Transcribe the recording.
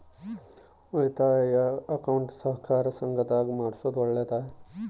ಉಳಿತಾಯ ಅಕೌಂಟ್ ಸಹಕಾರ ಸಂಘದಾಗ ಮಾಡೋದು ಒಳ್ಳೇದಾ?